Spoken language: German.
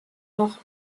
noch